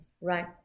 right